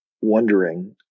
wondering